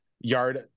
yard